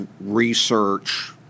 research